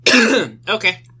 Okay